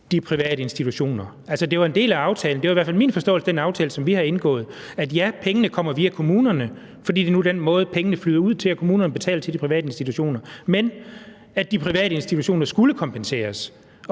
de private institutioner? Altså, det var en del af aftalen. Det var i hvert fald min forståelse af den aftale, som vi har indgået, at det er rigtigt, at pengene kommer via kommunerne, fordi det nu er den måde, pengene flyder ud på, nemlig at kommunerne betaler til de private institutioner, men at de private institutioner skulle kompenseres